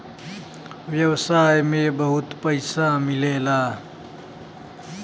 व्यवसाय में बहुत पइसा मिलेला